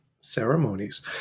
ceremonies